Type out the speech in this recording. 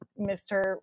Mr